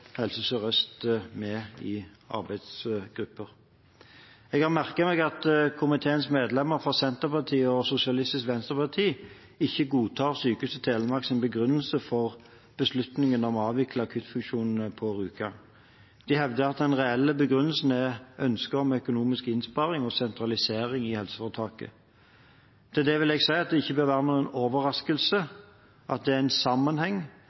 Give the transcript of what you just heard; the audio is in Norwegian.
Helse Sør-Øst med i arbeidsgrupper. Jeg har merket meg at komiteens medlemmer fra Senterpartiet og Sosialistisk Venstreparti ikke godtar Sykehuset Telemarks begrunnelse for beslutningen om å avvikle akuttfunksjonene på Rjukan. De hevder at den reelle begrunnelsen er et ønske om økonomisk innsparing og sentralisering i helseforetaket. Til det vil jeg si at det ikke bør være noen overraskelse at det er en sammenheng